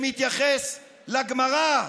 שמתייחס לגמרא,